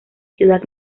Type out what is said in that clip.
ciudad